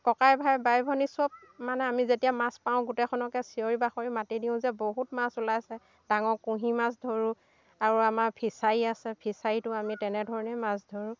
ককাই ভাই বাই ভনী চব মানে আমি যেতিয়া মাছ পাওঁ গোটেইখনকে চিঞৰি বাখৰি মাতি দিওঁ যে বহুত মাছ ওলাইছে ডাঙৰ কুঁহি মাছ ধৰোঁ আৰু আমাৰ ফিচাৰী আছে ফিচাৰীটো আমি তেনেধৰণেই মাছ ধৰোঁ